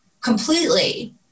completely